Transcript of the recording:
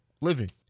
living